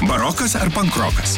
barokas ar pankrokas